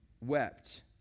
wept